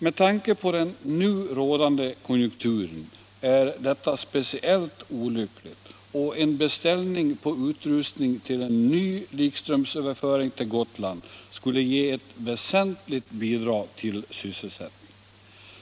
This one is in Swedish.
Med tanke på den nu rådande konjunkturen är detta speciellt olyckligt, och en beställning på utrustning till en ny likströmsöverföring till Gotland skulle ge ett väsentligt bidrag till sysselsättningen.